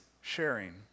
sharing